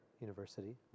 university